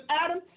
Adam